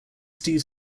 steve